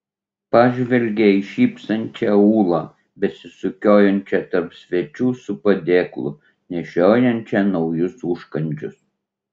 pažvelgė į šypsančią ūlą besisukiojančią tarp svečių su padėklu nešiojančią naujus užkandžius